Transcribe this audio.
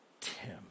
Tim